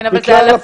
כן, אבל זה אלפים.